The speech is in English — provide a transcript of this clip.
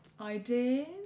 ideas